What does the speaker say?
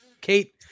Kate